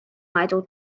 idol